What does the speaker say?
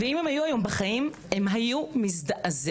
ואם הן היו היום בחיים הן היו מזדעזעות,